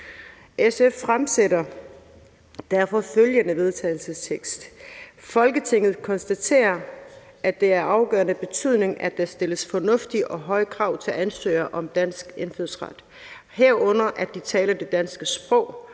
vedtagelse: Forslag til vedtagelse »Folketinget konstaterer, at det er af afgørende betydning, at der stilles fornuftige og høje krav til ansøgere om dansk indfødsret, herunder at de taler det danske sprog